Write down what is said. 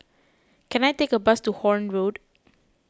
can I take a bus to Horne Road